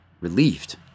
Relieved